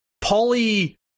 Polly